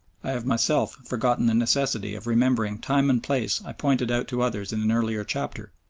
i have myself forgotten the necessity of remembering time and place i pointed out to others in an earlier chapter.